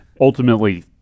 ultimately